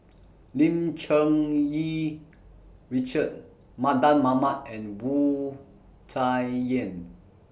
Lim Cherng Yih Richard Mardan Mamat and Wu Tsai Yen